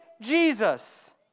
Jesus